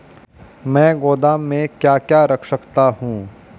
मैं गोदाम में क्या क्या रख सकता हूँ?